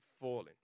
falling